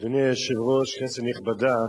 אדוני היושב-ראש, כנסת נכבדה,